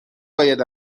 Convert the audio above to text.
باید